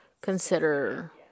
consider